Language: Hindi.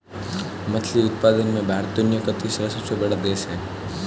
मछली उत्पादन में भारत दुनिया का तीसरा सबसे बड़ा देश है